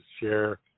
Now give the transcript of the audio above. share